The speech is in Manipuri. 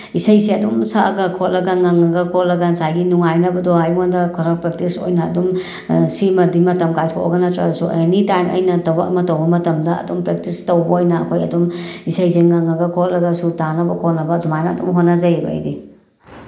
ꯏꯁꯩꯁꯦ ꯑꯗꯨꯝ ꯁꯛꯑꯒ ꯈꯣꯠꯂꯒ ꯉꯪꯉꯒ ꯈꯣꯠꯂꯒ ꯉꯁꯥꯏꯒꯤ ꯅꯨꯡꯉꯥꯏꯅꯕꯗꯣ ꯑꯩꯉꯣꯟꯗ ꯈꯔ ꯄ꯭ꯔꯦꯛꯇꯤꯁ ꯑꯣꯏꯅ ꯑꯗꯨꯝ ꯁꯤꯃꯗꯤ ꯃꯇꯝ ꯀꯥꯏꯊꯣꯛꯑꯒ ꯅꯠꯇ꯭ꯔꯁꯨ ꯑꯦꯅꯤ ꯇꯥꯏꯝ ꯑꯩꯅ ꯊꯕꯛ ꯑꯃ ꯇꯧꯕ ꯃꯇꯝꯗ ꯑꯗꯨꯝ ꯄ꯭ꯔꯦꯛꯇꯤꯁ ꯇꯧꯕ ꯑꯣꯏꯅ ꯑꯩꯈꯣꯏ ꯑꯗꯨꯝ ꯏꯁꯩꯁꯦ ꯉꯪꯉꯒ ꯈꯣꯠꯂꯒ ꯁꯨꯔ ꯇꯥꯅꯕ ꯈꯣꯠꯅꯕ ꯑꯗꯨꯃꯥꯏꯅ ꯑꯗꯨꯝ ꯍꯣꯠꯅꯖꯩꯕ ꯑꯩꯗꯤ